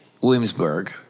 Williamsburg